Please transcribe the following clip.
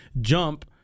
jump